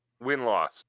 Win-loss